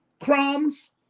Crumbs